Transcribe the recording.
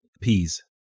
Peas